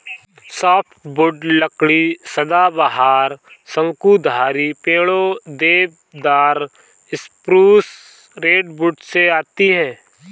softwood लकड़ी सदाबहार, शंकुधारी पेड़ों, देवदार, स्प्रूस, रेडवुड से आती है